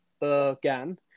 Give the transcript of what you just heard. began